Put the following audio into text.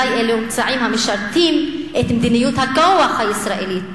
הם אולי אמצעים שמשרתים את מדיניות הכוח הישראלית